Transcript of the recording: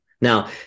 Now